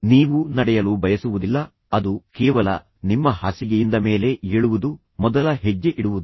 ನೀವು ನಡೆಯಲು ಬಯಸುವುದಿಲ್ಲ ಅದು ಕೇವಲ ನಿಮ್ಮ ಹಾಸಿಗೆಯಿಂದ ಮೇಲೆ ಏಳುವುದು ಮೊದಲ ಹೆಜ್ಜೆ ಇಡುವುದು